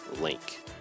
link